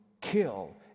kill